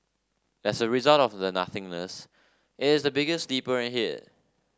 as a result of the nothingness it is the biggest sleeper hit